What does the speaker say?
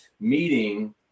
meeting